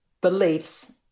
beliefs